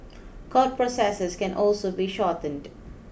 court processes can also be shortened